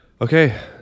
Okay